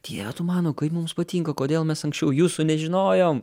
dieve tu mano mano kaip mums patinka kodėl mes anksčiau jūsų nežinojom